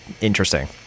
interesting